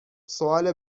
سوال